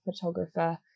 photographer